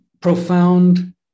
profound